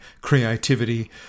creativity